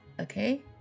Okay